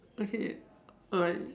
okay alright